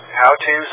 how-to